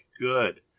good